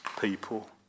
people